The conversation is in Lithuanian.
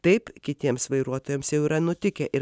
taip kitiems vairuotojams jau yra nutikę ir